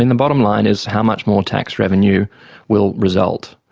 and the bottom line is how much more tax revenue will result,